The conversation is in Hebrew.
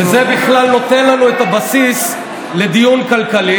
וזה בכלל נותן לנו את הבסיס לדיון כלכלי.